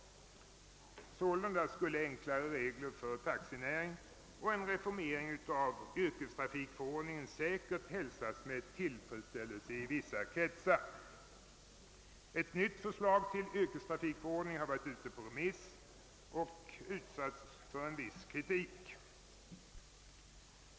Sålunda skulle enklare regler för taxinäringen och en reformering av yrkestrafikförordningen säkert hälsas med tillfredsställelse i vissa kretsar. Ett nytt förslag till yrkestrafikförordning har varit ute på remiss och utsatts för en viss kritik.